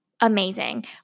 amazing